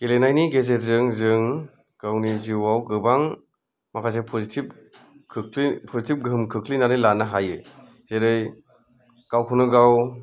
गेलेनायनि गेजेरजों जों गावनि जिउआव गोबां माखासे पजिटिभ गोहोम खोख्लैनानै लानो हायो जेरै गावखौनो गाव